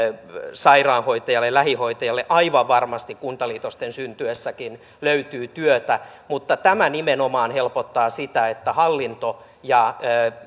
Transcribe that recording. sairaanhoitajalle ja lähihoitajalle aivan varmasti kuntaliitosten syntyessäkin löytyy työtä mutta tämä nimenomaan helpottaa sitä että hallinto ja